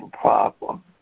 problem